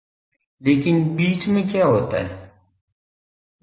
लेकिन बीच में क्या होता है